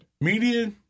Media